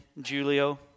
Julio